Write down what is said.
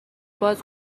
باز